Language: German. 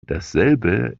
dasselbe